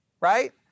right